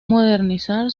modernizar